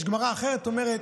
יש גמרא אחרת שאומרת: